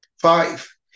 Five